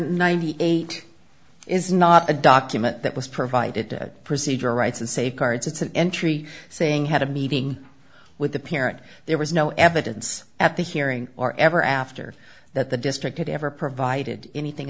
ninety eight is not a document that was provided at procedure rights and safeguards it's an entry saying had a meeting with the parent there was no evidence at the hearing or ever after that the district ever provided anything